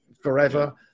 forever